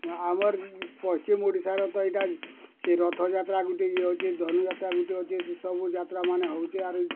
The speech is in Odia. ନା ଆମର ପଶ୍ଚିମ୍ ଓଡ଼ିଶାର ତ ଇଟା ସେ ରଥଯାତ୍ରା ଗୁଟେ ଇଏ ଅଛି ଧନୁଯାତ୍ରା ଗୁଟେ ଅଛି ସେ ସବୁ ଯାତ୍ରା ମାନେ ହଉଛି ଆରୁ